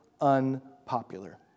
unpopular